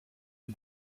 and